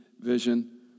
vision